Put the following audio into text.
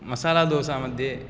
मसालादोसामध्ये